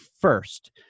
first